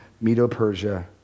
Medo-Persia